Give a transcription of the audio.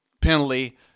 penalty